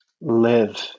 live